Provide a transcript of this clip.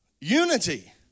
Unity